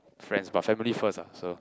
friends but family first lah so